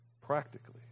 practically